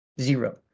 Zero